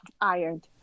ironed